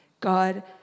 God